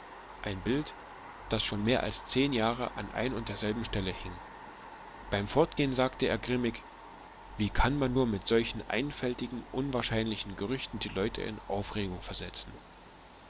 ein bild das schon mehr als zehn jahre an ein und derselben stelle hing beim fortgehen sagte er grimmig wie kann man nur mit solchen einfältigen unwahrscheinlichen gerüchten die leute in aufregung versetzen